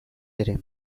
ere